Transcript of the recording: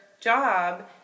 job